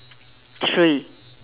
three